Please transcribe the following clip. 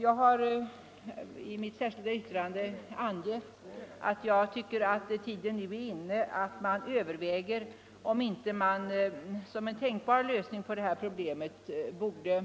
Jag har i mitt särskilda yttrande angett att jag tycker att tiden nu är inne att överväga om man inte som en tänkbar lösning på detta problem borde